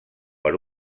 per